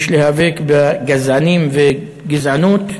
יש להיאבק בגזענים ובגזענות,